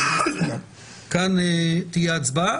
כאן תהיה הצבעה,